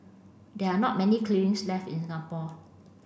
there are not many kilns left in Singapore